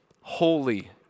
Holy